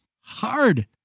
hard